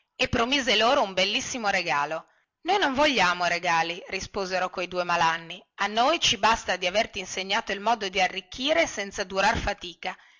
e promise loro un bellissimo regalo noi non vogliamo regali risposero quei due malanni a noi ci basta di averti insegnato il modo di arricchire senza durar fatica